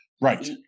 right